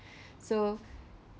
so